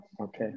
okay